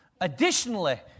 additionally